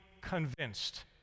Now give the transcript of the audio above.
convinced